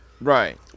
right